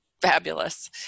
fabulous